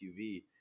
SUV